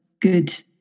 good